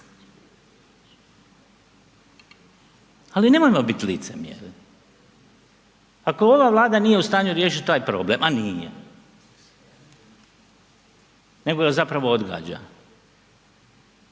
Ali nemojmo biti licemjerni, ako ova Vlada nije u stanju riješiti taj problem, a nije, nego ga zapravo odgađa,